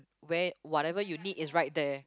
where whatever you need is right there